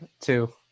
two